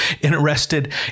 interested